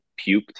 puked